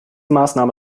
maßnahme